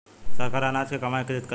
सरकार अनाज के कहवा एकत्रित करेला?